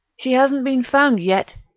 she hasn't been found yet.